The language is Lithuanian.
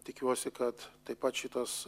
tikiuosi kad taip pat šitas